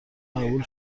قبول